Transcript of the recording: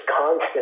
constant